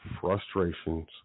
frustrations